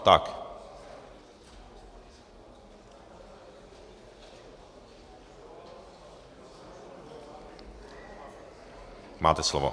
Tak, máte slovo.